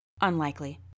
Unlikely